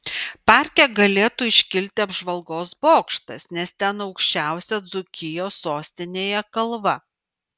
parke galėtų iškilti apžvalgos bokštas nes ten aukščiausia dzūkijos sostinėje kalva